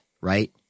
right